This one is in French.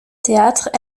théâtre